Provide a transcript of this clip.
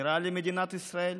היא לרעה למדינת ישראל.